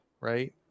right